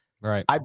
right